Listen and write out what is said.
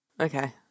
Okay